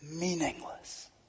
Meaningless